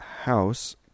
House